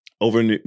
over